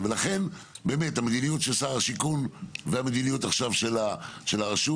לכן המדיניות של שר השיכון והמדיניות עכשיו של הרשות,